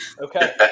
Okay